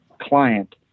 client